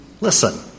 listen